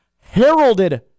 heralded